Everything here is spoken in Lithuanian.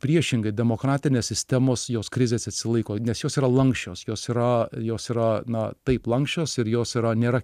priešingai demokratinės sistemos jos krizės atsilaiko nes jos yra lanksčios jos yra jos yra na taip lanksčios ir jos yra nėra